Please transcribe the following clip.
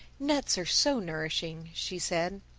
nuts are so nourishing, she said.